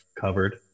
covered